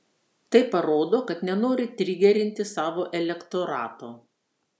tai parodo kad nenori trigerinti savo elektorato